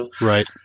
Right